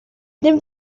dem